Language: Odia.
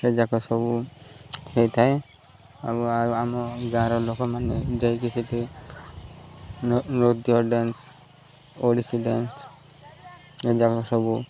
ଏଯାକ ସବୁ ହୋଇଥାଏ ଆଉ ଆଉ ଆମ ଗାଁର ଲୋକମାନେ ଯାଇକି ସେଠି ନୃତ୍ୟ ଡ଼୍ୟାନ୍ସ ଓଡ଼ିଶୀ ଡ଼୍ୟାନ୍ସ ଏଯାକ ସବୁ